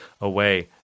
away